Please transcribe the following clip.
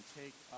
take